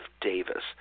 Davis